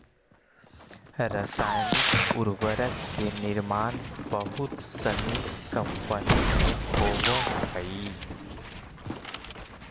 रसायनिक उर्वरक के निर्माण बहुत सनी कम्पनी में होवऽ हई